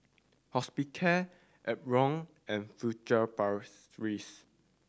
Hospicare Omron and Furtere